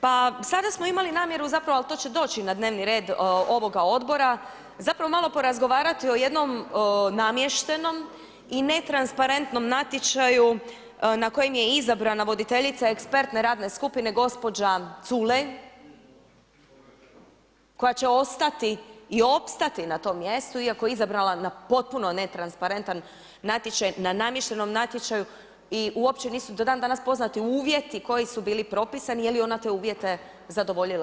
Pa sada smo imali namjeru zapravo, ali to će doći na dnevni red ovoga Odbora, zapravo malo porazgovarati o jednom namještenom i netransparentnom natječaju na kojem je izabrana voditeljica ekspertne radne skupine gospođa Culej koja će ostati i opstati na tom mjestu iako je izabrana na potpuno netransparentan natječaj, na namještenom natječaju i uopće nisu do dan danas poznati uvjeti koji su bili propisani, je li ona te uvjete zadovoljila.